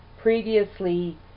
previously